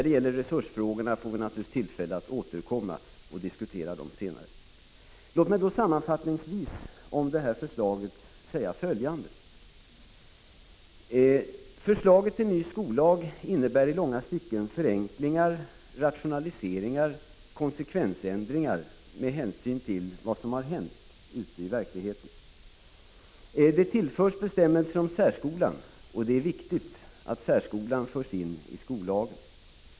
Beträffande resursfrågorna får vi naturligtvis tillfälle att återkomma och diskutera dem senare. Låt mig sammanfattningsvis om förslaget säga följande. Förslaget till ny skollag innebär i långa stycken förenklingar, rationaliseringar och konsekvensändringar med hänsyn till vad som har hänt i verkligheten. Det tillförs bestämmelser om särskolan. Det är viktigt att särskolan förs in i skollagen.